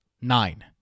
nine